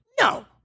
No